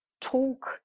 talk